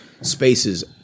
spaces